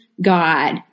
God